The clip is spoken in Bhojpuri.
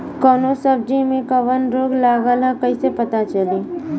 कौनो सब्ज़ी में कवन रोग लागल ह कईसे पता चली?